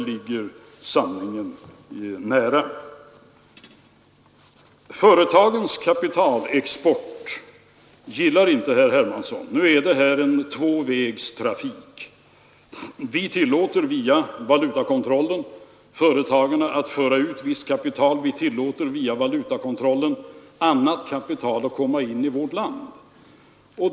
fondens förvaltning, m.m. Företagens kapitalexport gillar inte herr Hermansson. Nu är det här en tvåvägstrafik. Vi tillåter via valutakontrollen företagen att föra ut visst kapital, vi tillåter via valutakontrollen annat kapital att komma in i vårt land.